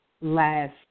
last